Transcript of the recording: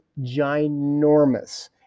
ginormous